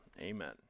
Amen